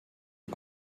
est